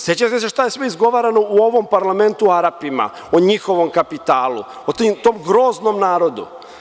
Sećate se šta je sve izgovarano u ovom parlamentu o Arapima, o njihovom kapitalu, o tom groznom narodu.